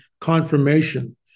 confirmation